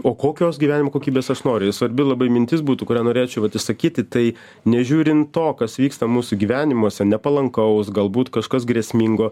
o kokios gyvenimo kokybės aš noriu ir svarbi labai mintis būtų kurią norėčiau vat išsakyti tai nežiūrint to kas vyksta mūsų gyvenimuose nepalankaus galbūt kažkas grėsmingo